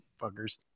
fuckers